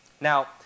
Now